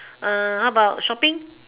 how about shopping